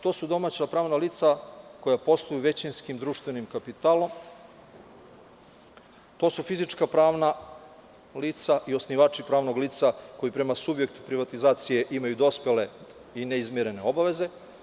To su domaća pravna lica koja posluju većinskim društvenim kapitalom, to su fizička, pravna lica i osnivači pravnog lica koji prema subjektu privatizacije imaju dospele i ne izmirene obaveze.